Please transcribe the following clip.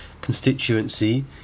constituency